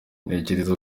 ntekereza